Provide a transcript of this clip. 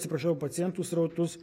atsiprašau pacientų srautus